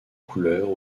couleurs